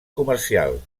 comercial